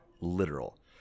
literal